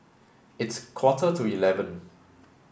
its quarter to eleven